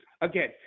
Again